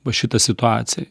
va šitą situaciją